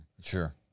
Sure